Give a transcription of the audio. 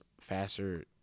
faster